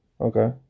Okay